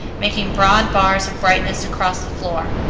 making broad bars of brightness across the floor.